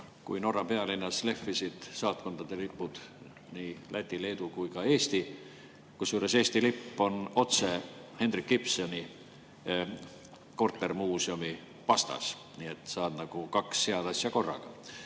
kui Norra pealinnas lehvisid saatkondade ees, nii Läti, Leedu kui ka Eesti lipp. Kusjuures Eesti lipp on otse Henrik Ibseni kortermuuseumi vastas, nii et saad nagu kaks head asja korraga. Minu